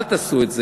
אל תעשו את זה,